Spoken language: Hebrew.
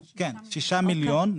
כן, שישה מיליון.